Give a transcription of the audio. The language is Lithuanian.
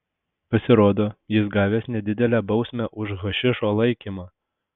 pasirodo jis gavęs nedidelę bausmę už hašišo laikymą